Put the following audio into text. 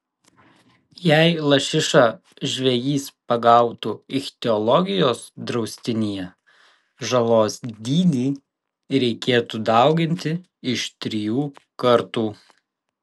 jei lašišą žvejys pagautų ichtiologijos draustinyje žalos dydį reikėtų dauginti iš trijų kartų